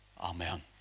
Amen